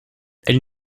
elle